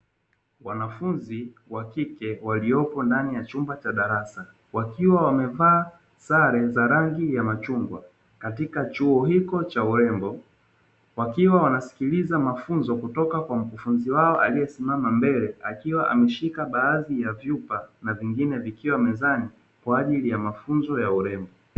Wanafunzi wa kike waliyopo ndani ya chumba cha darasa wakiwa wamevaa sare za rangi ya machungwa katika chuo hiko cha urembo wakiwa wanasikiliza mafunzo kutoka kwa mkufunzi wao aliyesimama mbele akiwa ameshika baadhi ya vyupa na vingine vikiwa mezani kwa ajili ya mafunzo ya urembo.